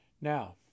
Now